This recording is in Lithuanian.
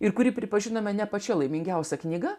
ir kurį pripažinome ne pačia laimingiausia knyga